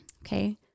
Okay